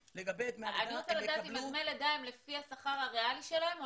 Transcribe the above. אני רוצה לדעת אם דמי הלידה הם לפי השכר הריאלי שלהן,